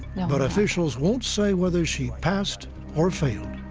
but officials won't say whether she passed or failed.